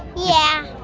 yeah.